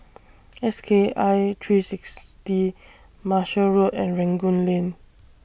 S K I three sixty Marshall Road and Rangoon Lane